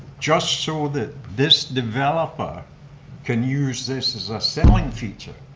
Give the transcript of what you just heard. just so that this developer can use this as a selling feature.